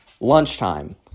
lunchtime